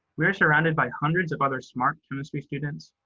we are surrounded by hundreds of other smart chemistry students,